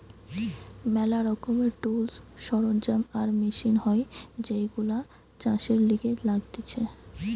ম্যালা রকমের টুলস, সরঞ্জাম আর মেশিন হয় যেইগুলো চাষের লিগে লাগতিছে